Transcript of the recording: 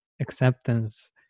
acceptance